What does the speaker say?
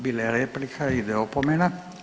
Bila je replika, ide opomena.